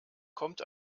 kommt